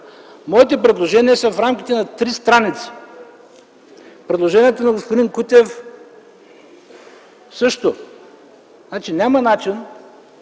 Моите предложения са в рамките на три страници. Предложенията на господин Кутев – също. Значи, няма начин